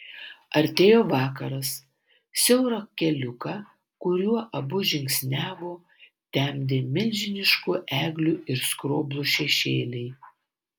artėjo vakaras siaurą keliuką kuriuo abu žingsniavo temdė milžiniškų eglių ir skroblų šešėliai